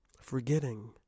Forgetting